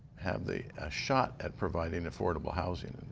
have the shot at providing affordable housing.